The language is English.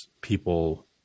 people